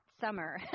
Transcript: summer